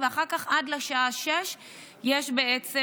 ואחר כך עד לשעה 18:00 יש בעצם